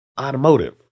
Automotive